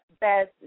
Best